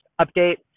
update